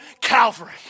Calvary